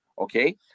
okay